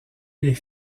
les